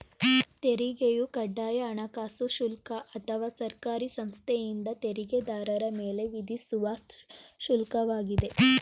ತೆರಿಗೆಯು ಕಡ್ಡಾಯ ಹಣಕಾಸು ಶುಲ್ಕ ಅಥವಾ ಸರ್ಕಾರಿ ಸಂಸ್ಥೆಯಿಂದ ತೆರಿಗೆದಾರರ ಮೇಲೆ ವಿಧಿಸುವ ಶುಲ್ಕ ವಾಗಿದೆ